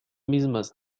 mismas